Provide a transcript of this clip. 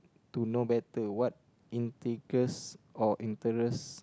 to know better what intrigues or interest